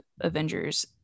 avengers